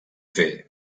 fer